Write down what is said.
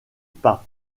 par